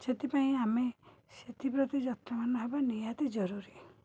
ସେଥିପାଇଁ ଆମେ ସେଥିପ୍ରତି ଯତ୍ନବାନ ହେବା ନିହାତି ଜରୁରି